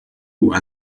who